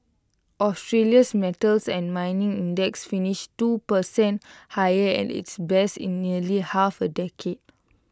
Australia's metals and mining index finished two per cent higher at its best in nearly half A decade